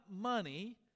money